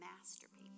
masterpiece